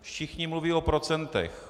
Všichni mluví o procentech.